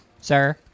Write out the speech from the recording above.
Sir